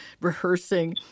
rehearsing